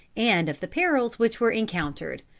and of the perils which were encountered.